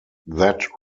that